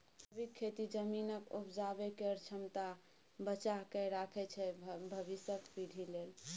जैबिक खेती जमीनक उपजाबै केर क्षमता बचा कए राखय छै भबिसक पीढ़ी लेल